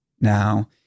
Now